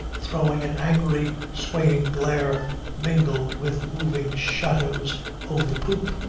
throwing an angry swaying glare mingled with moving shadows over the poop,